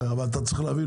אבל אתה צריך להבין,